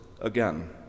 again